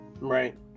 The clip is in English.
Right